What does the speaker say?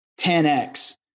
10x